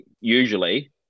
usually